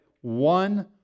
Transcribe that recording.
one